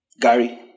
gary